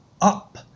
up